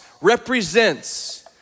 represents